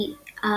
Inter